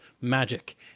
magic